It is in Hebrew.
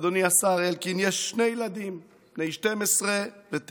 אדוני השר אלקין, יש שני ילדים בני 12 ו-9.